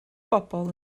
bobl